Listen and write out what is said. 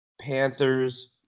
Panthers